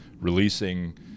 releasing